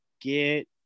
get